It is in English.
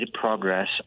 progress